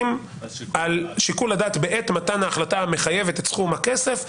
על שיקול הדעת בעת מתן ההחלטה המחייבת את סכום הכסף.